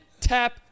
tap